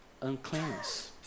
uncleanness